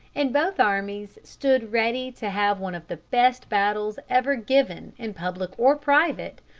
and both armies stood ready to have one of the best battles ever given in public or private,